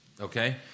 Okay